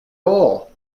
all